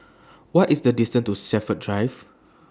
What IS The distance to Shepherds Drive